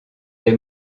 des